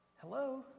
Hello